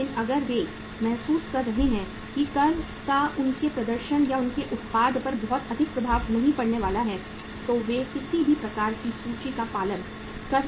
लेकिन अगर वे महसूस कर रहे हैं कि कर का उनके प्रदर्शन या उनके उत्पाद पर बहुत अधिक प्रभाव नहीं पड़ने वाला है तो वे किसी भी प्रकार की सूची का पालन कर सकते हैं